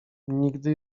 nigdy